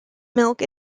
milk